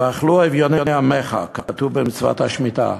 "ואכלו אביֹני עמך" כתוב במצוות השמיטה,